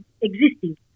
existing